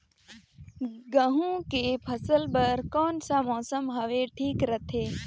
गहूं के फसल बर कौन सा मौसम हवे ठीक रथे?